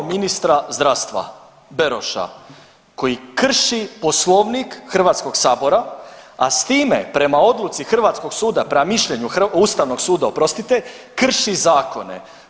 evo ministra zdravstva Beroša koji krši Poslovnik Hrvatskog sabora, a s time prema odluci hrvatskog suda prema mišljenju Ustavnog suda oprostite, krši zakone.